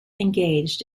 engaged